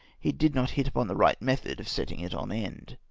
he did not hit upon the right method of setting it on end.